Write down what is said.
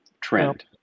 trend